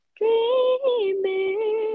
dreaming